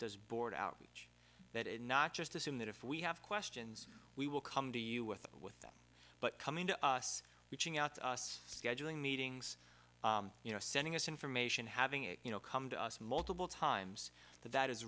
this board outage that it not just assume that if we have questions we will come to you with with them but coming to us reaching out to us scheduling meetings you know sending us information having it you know come to us multiple times that that is